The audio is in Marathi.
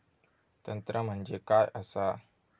तंत्र म्हणजे काय असा?